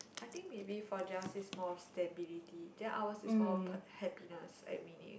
I think maybe for theirs is more of stability then ours is more of happiness and meaning